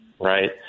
Right